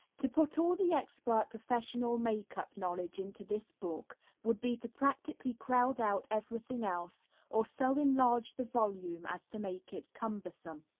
to put all the expert professional makeup knowledge into this book would be to practically crowd out everything else or so enlarge the volume as to make it cumbersome.